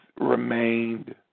remained